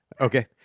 Okay